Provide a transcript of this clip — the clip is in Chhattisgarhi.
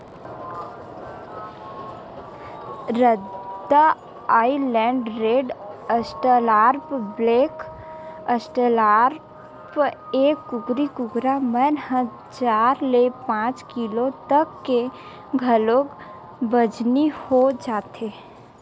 रद्दा island red, australorp, black australorp, ए कुकरी कुकरा मन ह चार ले पांच किलो तक के घलोक बजनी हो जाथे